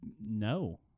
No